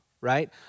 right